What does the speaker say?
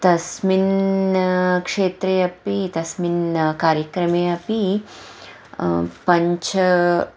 तस्मिन् क्षेत्रे अपि तस्मिन् कार्यक्रमे अपि पञ्च